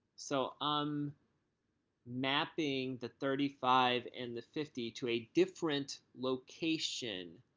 so i'm mapping the thirty five and the fifty to a different location